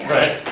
Right